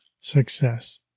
success